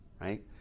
right